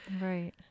Right